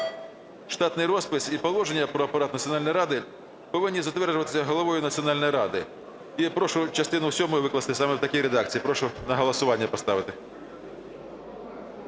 штатний розпис і положення про апарат Національної ради повинні затверджуватися головою Національної ради. І прошу частину сьому викласти саме в такі редакції. Прошу на голосування поставити.